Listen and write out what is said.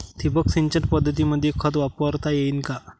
ठिबक सिंचन पद्धतीमंदी खत वापरता येईन का?